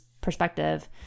perspective